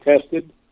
tested